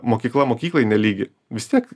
mokykla mokyklai nelygi vis tiek